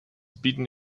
bieten